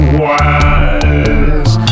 wise